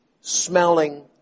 smelling